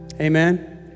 Amen